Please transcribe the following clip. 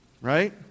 right